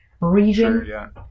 region